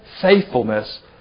faithfulness